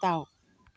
दाउ